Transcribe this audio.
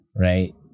right